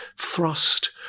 thrust